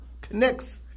connects